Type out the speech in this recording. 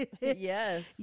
Yes